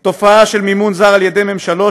תופעה של מימון זר על ידי ממשלות,